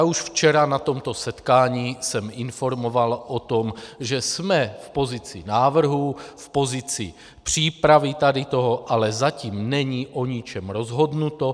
Už včera na tomto setkání jsem informoval o tom, že jsme v pozici návrhu, v pozici přípravy tady toho, ale zatím není o ničem rozhodnuto.